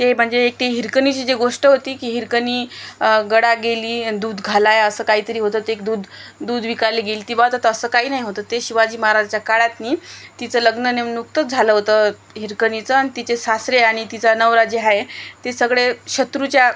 ते म्हणजे एक ती हिरकणीची जी गोष्ट होती की हिरकणी गडा गेली आणि दूध घालायला असं काहीतरी होतं ते एक दूध दूध विकायला गेली ती बा जात असं काही नाही होतं ते शिवाजी महाराजाच्या काळात तिचं लग्न नेम नुकतंच झालं होतं हिरकणीचं आणि तिचे सासरे आणि तिचा नवरा जो आहे ते सगळे शत्रूच्या